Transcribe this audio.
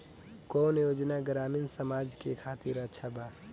कौन योजना ग्रामीण समाज के खातिर अच्छा बा?